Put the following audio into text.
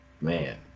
man